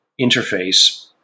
interface